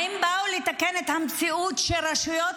האם באו לתקן את המציאות שבה רשויות